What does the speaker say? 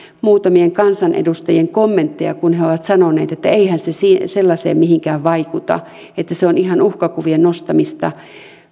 muutamien kansanedustajien kommentteja kun he ovat sanoneet että eihän se mihinkään sellaiseen vaikuta että se on ihan uhkakuvien nostamista